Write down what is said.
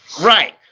right